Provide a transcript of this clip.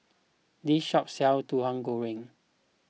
this shop sells Tauhu Goreng